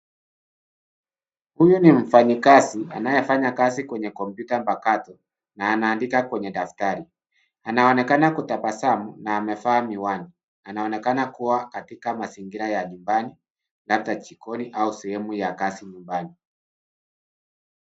Huyu ni mfanyikazi anayefanya kazi kwenye kompyuta mpakato, na anaandika kwenye daftari. Anaonekana kutabasamu na amevaa miwani. Anaonekana kua katika mazingira ya nyumbani, labda jikoni au sehemu ya kazi nyumbani.